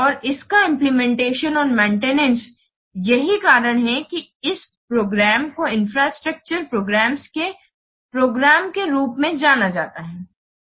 और इसका इम्प्लीमेंटेशन और मेंटेनेंस यही कारण है कि इस प्रोग्राम को इंफ्रास्ट्रक्चर प्रोग्राम्स के प्रोग्राम के रूप में जाना जाता है